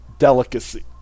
delicacy